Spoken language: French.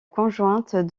conjointe